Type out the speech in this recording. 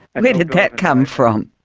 and where did that come from?